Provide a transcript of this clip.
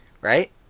Right